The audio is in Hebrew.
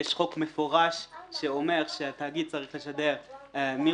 יש חוק מפורש שאומר שהתאגיד צריך לשדר מירושלים.